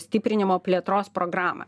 stiprinimo plėtros programą